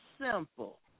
simple